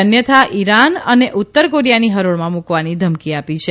અન્યથા ઇરાન અને ઉત્તર કોરીયાની હરોળમાં મુકવા ધમકી આપી છે